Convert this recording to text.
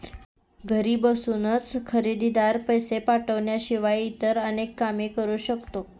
घरी बसूनच खरेदीदार, पैसे पाठवण्याशिवाय इतर अनेक काम करू शकतो